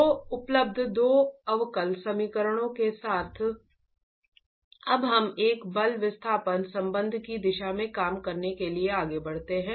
तो उपलब्ध दो अवकल समीकरणों के साथ अब हम एक बल विस्थापन संबंध की दिशा में काम करने के लिए आगे बढ़ सकते हैं